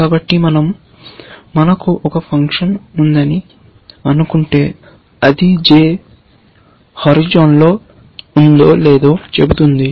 కాబట్టి మనకు ఒక ఫంక్షన్ ఉందని అనుకుంటే అది j హోరిజోన్లో ఉందో లేదో చెబుతుంది